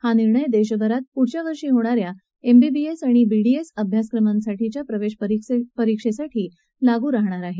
हा निर्णय देशभरात पुढील वर्षी होणाऱ्या एमबीबीएस आणि बीडीएस अभ्यासक्रमांसाठीच्या प्रवेशपरीक्षेसाठी लागू राहणार आहे